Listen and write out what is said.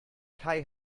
kai